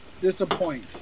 disappoint